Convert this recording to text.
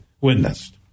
witnessed